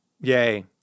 Yay